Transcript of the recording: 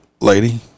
lady